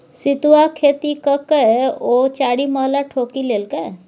सितुआक खेती ककए ओ चारिमहला ठोकि लेलकै